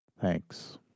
Thanks